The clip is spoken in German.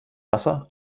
wasser